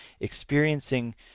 experiencing